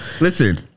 Listen